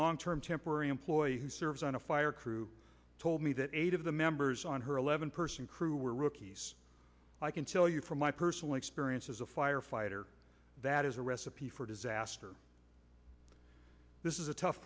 long term temporary employee who serves on a fire crew told me that eight of the members on her eleven person crew were rookies i can tell you from my personal experience as a firefighter that is a recipe for disaster this is a tough